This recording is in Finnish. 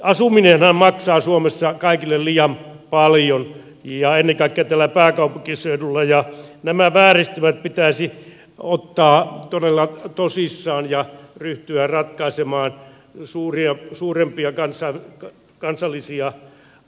asuminenhan maksaa suomessa kaikille liian paljon ja ennen kaikkea täällä pääkaupunkiseudulla ja nämä vääristymät pitäisi ottaa todella tosissaan ja ryhtyä ratkaisemaan suurempia kansallisia ongelmia